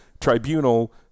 tribunal